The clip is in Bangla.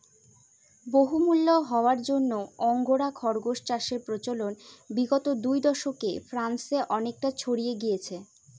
বহুমূল্য হওয়ার জন্য আঙ্গোরা খরগোস চাষের প্রচলন বিগত দু দশকে ফ্রান্সে অনেকটা ছড়িয়ে গিয়েছে